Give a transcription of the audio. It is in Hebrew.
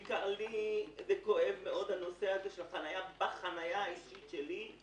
בעיקר לי כואב מאוד הנושא הזה של חניה בחניה האישית שלי,